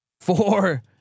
four